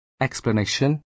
Explanation